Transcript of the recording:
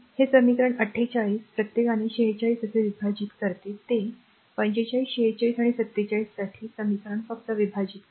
हे समीकरण 48 प्रत्येकाने 46 असे विभाजित करते ते r 45 46 आणि 47 साठी r समीकरण फक्त विभाजित करते